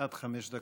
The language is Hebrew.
עד חמש דקות